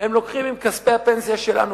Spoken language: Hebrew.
הם לוקחים בעיקר עם כספי הפנסיה שלנו,